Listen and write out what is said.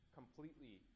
completely